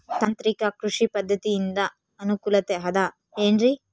ತಾಂತ್ರಿಕ ಕೃಷಿ ಪದ್ಧತಿಯಿಂದ ಅನುಕೂಲತೆ ಅದ ಏನ್ರಿ?